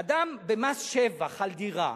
אדם, במס שבח על דירה,